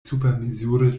supermezure